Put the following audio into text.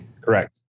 Correct